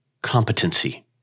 Competency